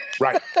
Right